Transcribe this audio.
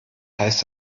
heißt